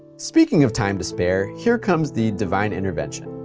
speaking of time to spare, here comes the divine intervention.